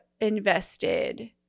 invested